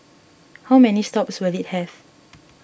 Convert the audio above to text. how many stops will it have